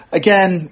again